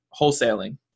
wholesaling